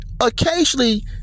Occasionally